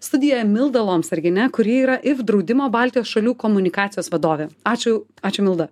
studijoje milda lomsargienė kuri yra if draudimo baltijos šalių komunikacijos vadovė ačiū ačiū milda